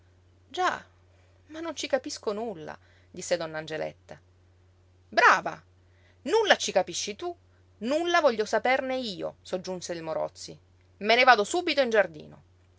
già ma non ci capisco nulla disse donna angeletta brava nulla ci capisci tu nulla voglio saperne io soggiunse il morozzi me ne vado subito in giardino